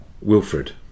Wilfred